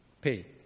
Pay